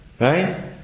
Right